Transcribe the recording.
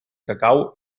cacau